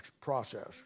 process